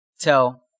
tell